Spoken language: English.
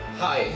Hi